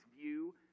view